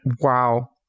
wow